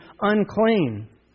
unclean